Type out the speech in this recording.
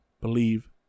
believe